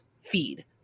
feed